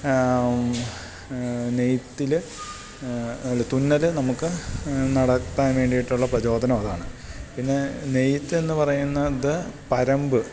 നെയ്ത്തിൽ അല്ല തുന്നൽ നമുക്ക് നടത്താൻ വേണ്ടിയിട്ടുള്ള പ്രചോദനം അതാണ് പിന്നെ നെയ്ത്ത് എന്ന് പറയുന്നത് പരമ്പ്